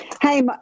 Hey